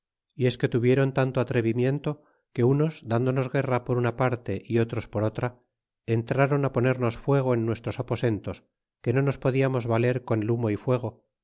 y es que tuvieron tanto atrevimiento que unos dándonos guerra por una parte y otros por otra entraron ponernos fuego en nuestros aposen tos que no nos podiamos valer con el humo y fuego